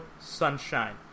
Sunshine